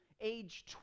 age